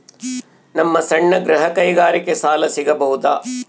ನಮ್ಮ ಸಣ್ಣ ಗೃಹ ಕೈಗಾರಿಕೆಗೆ ಸಾಲ ಸಿಗಬಹುದಾ?